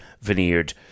veneered